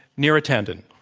neera tanden.